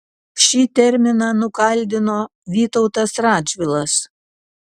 šį terminą nukaldino vytautas radžvilas